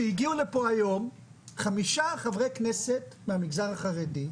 שמת לב שהגיעו לפה היום חמישה חברי כנסת מהמגזר החרדי,